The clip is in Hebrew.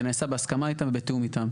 זה נעשה בהסכמה איתם ובתיאום איתם.